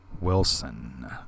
Wilson